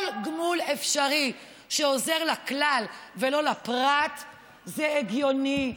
כל גמול אפשרי שעוזר לכלל ולא לפרט זה הגיוני.